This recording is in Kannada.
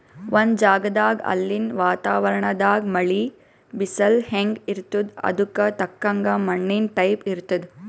ಒಂದ್ ಜಗದಾಗ್ ಅಲ್ಲಿನ್ ವಾತಾವರಣದಾಗ್ ಮಳಿ, ಬಿಸಲ್ ಹೆಂಗ್ ಇರ್ತದ್ ಅದಕ್ಕ್ ತಕ್ಕಂಗ ಮಣ್ಣಿನ್ ಟೈಪ್ ಇರ್ತದ್